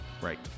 Right